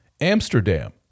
Amsterdam